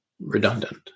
redundant